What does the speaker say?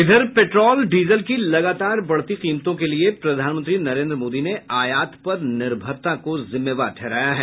इधर petrol diesel की लगातार बढ़ती कीमतों के लिए प्रधानमंत्री नरेन्द्र मोदी ने आयात पर निर्भरता को जिम्मेवार ठहराया है